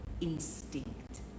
instinct